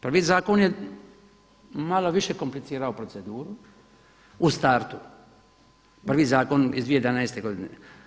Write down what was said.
Prvi zakon je malo više komplicirao proceduru u startu, prvi zakon iz 2011. godine.